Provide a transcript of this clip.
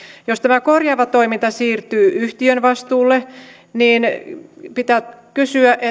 jos tämä korjaava toiminta siirtyy yhtiön vastuulle niin pitää kysyä